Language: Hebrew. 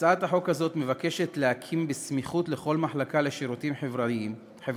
הצעת החוק הזאת מבקשת להקים בסמיכות לכל מחלקה לשירותים חברתיים,